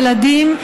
ילדים,